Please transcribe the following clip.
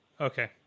Okay